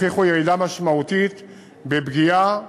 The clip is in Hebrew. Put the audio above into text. הוכיחו ירידה משמעותית בפגיעה,